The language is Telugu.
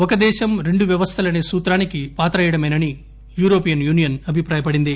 ఒక దేశం రెండు వ్యవస్థలసే సూత్రానికి పాతరేయడమేనని యూరోపియన్ యూనియన్ అభిప్రాయపడింది